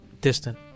distant